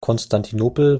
konstantinopel